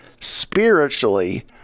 spiritually